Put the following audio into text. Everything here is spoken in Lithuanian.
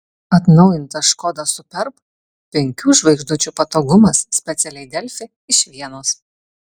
atnaujintas škoda superb penkių žvaigždučių patogumas specialiai delfi iš vienos